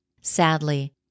Sadly